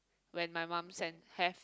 when my mum send have